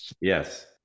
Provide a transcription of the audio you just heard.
Yes